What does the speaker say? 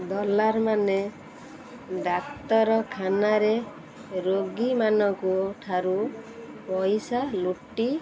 ଦଲାର୍ମାନେ ଡାକ୍ତରଖାନାରେ ରୋଗୀମାନଙ୍କୁ ଠାରୁ ପଇସା ଲୁଟି